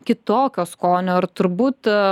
kitokio skonio ir turbūt